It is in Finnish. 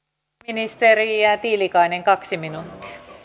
ministeri tiilikainen kaksi minuuttia